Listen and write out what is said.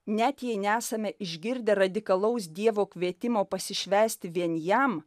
net jei nesame išgirdę radikalaus dievo kvietimo pasišvęsti vien jam